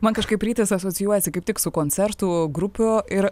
man kažkaip rytis asocijuojasi kaip tik su koncertų grupių ir